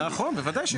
נכון, בוודאי שיש.